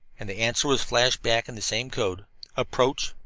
and the answer was flashed back in the same code approach.